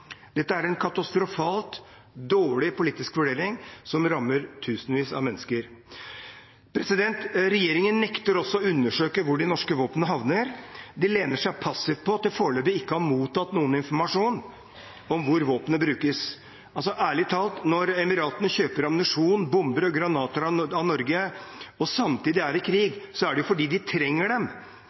Dette er en katastrofalt dårlig politisk vurdering som rammer tusenvis av mennesker. Regjeringen nekter også å undersøke hvor de norske våpnene havner. De lener seg passivt på at de foreløpig ikke har mottatt noen informasjon om hvor våpnene brukes. Ærlig talt: Når Emiratene kjøper ammunisjon, bomber og granater av Norge og samtidig er i krig, er det jo fordi de trenger dem.